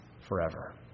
forever